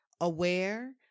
aware